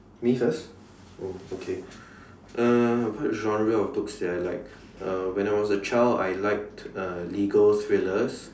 me first oh okay uh what genre of books did I like uh when I was a child I liked uh legal thrillers